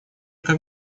как